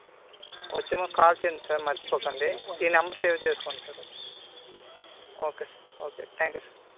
వచ్చే ముందు కాల్ చేయండి సార్ మర్చిపోకండి ఈ నెంబర్ సేవ్ చేసుకోండి సార్ ఇది okay sir okay thank you sir